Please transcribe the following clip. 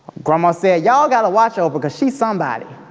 grandma said, y'all got to watch oprah because she's somebody,